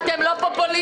אתם לא פופוליסטיים?